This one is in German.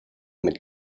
mit